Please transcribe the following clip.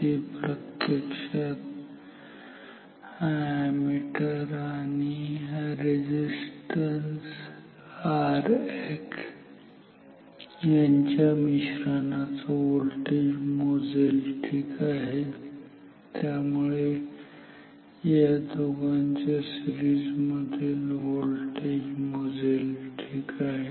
ते प्रत्यक्षात हा अॅमीटर आणि हा रेझिस्टन्स Rx यांच्या मिश्रणाचा व्होल्टेज मोजेल ठीक आहे त्यामुळे या दोघांच्या सिरीज मधील व्होल्टेज मोजेल ठीक आहे